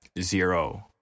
zero